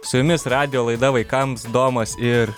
su jumis radijo laida vaikams domas ir